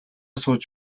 сууж